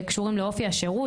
שקשורים לאופי השירות,